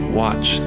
watch